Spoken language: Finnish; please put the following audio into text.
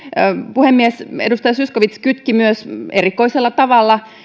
puhemies edustaja zyskowicz kytki myös erikoisella tavalla